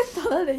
of girls